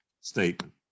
statement